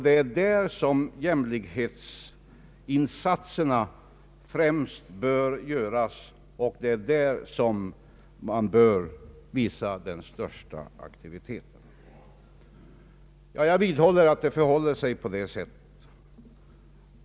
Det är där som jämlikhetsinsatserna främst bör göras, och det är där som man bör visa den största aktiviteten. Jag vidhåller att det förhåller sig på det sättet.